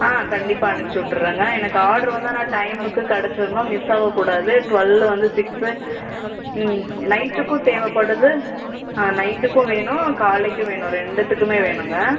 கண்டிப்பாக அனுப்ச்சுவிட்டுறேங்க எனக்கு ஆட்ரு வந்து ஆனால் டைமுக்கு கெடைச்சிர்ணும் மிஸ் ஆகக்கூடாது டுவெல்லு வந்து சிக்ஸு ம் நைட்டுக்கும் தேவைப்படுது ஆ நைட்டுக்கும் வேணும் காலைக்கும் வேணும் ரெண்டுத்துக்குமே வேணும்ங்க